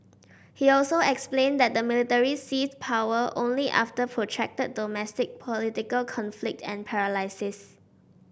he also explained that the military seized power only after protracted domestic political conflict and paralysis